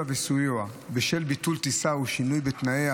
וסיוע בשל ביטול טיסה או שינוי בתנאיה),